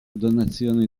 donazioni